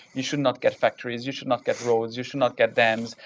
you should not get factories. you should not get roads. you should not get dams.